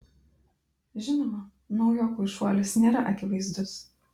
žinoma naujokui šuolis nėra akivaizdus